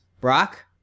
Brock